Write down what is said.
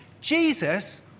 Jesus